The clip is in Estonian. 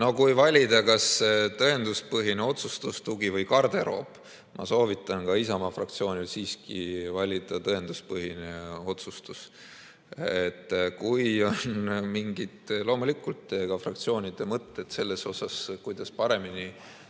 Kui valida, kas tõenduspõhine otsustustugi või garderoob, siis ma soovitan ka Isamaa fraktsioonil siiski valida tõenduspõhise otsustuse. Kui on mingid fraktsioonide mõtted selle kohta, kuidas paremini